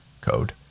code